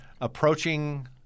approaching